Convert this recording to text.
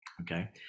okay